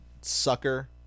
sucker